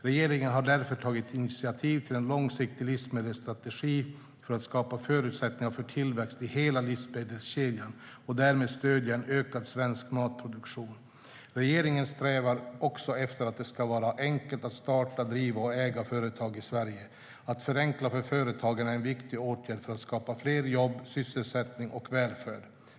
Regeringen har därför tagit initiativ till en långsiktig livsmedelsstrategi för att skapa förutsättningar för tillväxt i hela livsmedelskedjan och därmed stödja en ökad svensk matproduktion. Regeringen strävar också efter att det ska vara enkelt att starta, driva och äga företag i Sverige. Att förenkla för företagen är en viktig åtgärd för att skapa fler jobb, sysselsättning och välfärd.